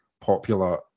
popular